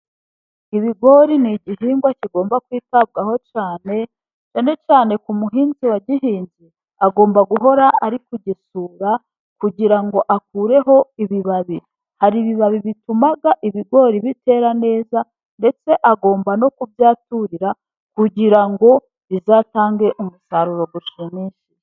Ibigori ni igihingwa kigomba kwitabwaho cyane, cyane cyane ku muhinzi wa gihinze agomba guhora ari kugesura, kugira ngo akureho ibibabi. Hari ibibabi bituma ibigori bitera neza, ndetse agomba no kubyaturira kugira ngo bizatange umusaruro ushimishije.